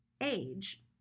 age